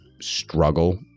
struggle